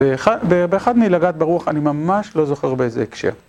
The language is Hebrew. באחד מלגעת ברוח, אני ממש לא זוכר באיזה הקשר.